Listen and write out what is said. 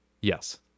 Yes